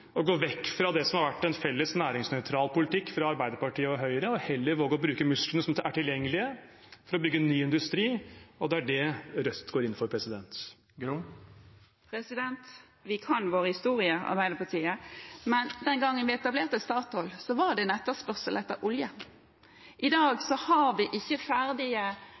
gå vekk fra det som har vært en felles næringsnøytral politikk fra Arbeiderpartiet og Høyre, og heller våge å bruke musklene som er tilgjengelige, for å bygge ny industri. Det er det Rødt går inn for. Vi kan vår historie i Arbeiderpartiet, men den gangen vi etablerte Statoil, var det etterspørsel etter olje. I dag har vi ikke